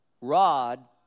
rod